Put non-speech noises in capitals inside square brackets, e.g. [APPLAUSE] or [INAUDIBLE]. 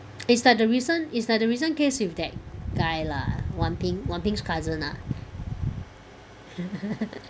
it's like the recent it's like the recent case with that guy lah Wan Ping Wan Ping's cousin ah [LAUGHS]